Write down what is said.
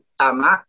tama